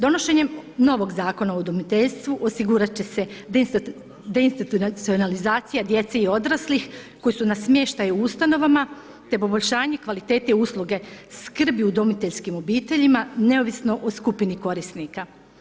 Donošenjem novog zakona o udomiteljstvu osigurat će se deinstitucionalizacija djece i odraslih koji su na smještaju u ustanovama te poboljšanje kvalitete usluge skrbi u udomiteljskim obiteljima neovisno o skupini korisnika.